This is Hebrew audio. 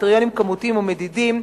קריטריונים כמותיים ומדידים.